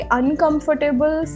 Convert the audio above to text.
uncomfortable